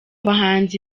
bahanzi